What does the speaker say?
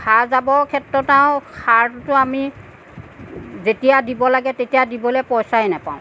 সাৰ জাবৰৰ ক্ষেত্ৰত আৰু সাৰটোতো আমি যেতিয়া দিব লাগে তেতিয়া দিবলৈ পইচাই নেপাওঁ